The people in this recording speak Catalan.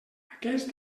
aquest